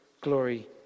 glory